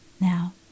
Now